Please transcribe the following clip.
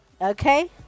okay